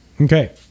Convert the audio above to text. Okay